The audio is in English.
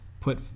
put